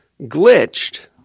glitched